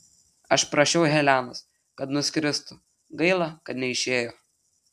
aš prašiau helenos kad nuskristų gaila kad neišėjo